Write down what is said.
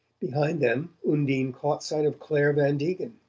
behind them undine caught sight of clare van degen